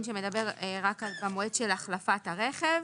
שמדבר רק על המועד של החלפת הרכב,